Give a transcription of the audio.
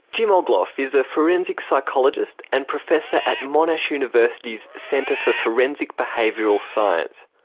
jim ogloff is a forensic psychologist and professor at monash university's centre for forensic behavioural science.